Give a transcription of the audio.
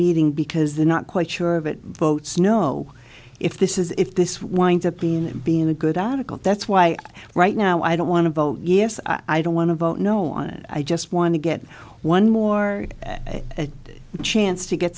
meeting because they're not quite sure that votes know if this is if this winds up being in being a good article that's why right now i don't want to vote yes i don't want to vote no i just want to get one more at a chance to get